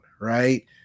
right